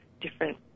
different